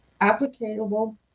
applicable